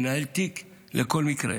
מנהל תיק לכל מקרה,